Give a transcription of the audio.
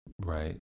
Right